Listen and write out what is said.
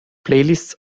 playlists